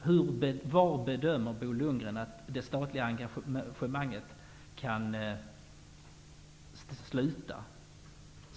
Var bedömer Bo Lundgren att det statliga engagemanget kan sluta?